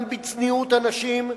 גם בצניעות הנשים,